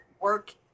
work